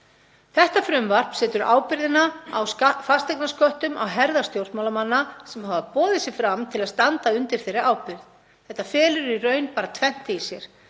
Þetta frumvarp setur ábyrgðina á fasteignasköttum á herðar stjórnmálamanna sem hafa boðið sig fram til að standa undir þeirri ábyrgð. Þetta felur í raun bara tvennt í sér.